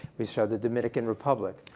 we show the dominican republic.